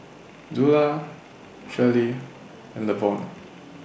Zula Charley and Levon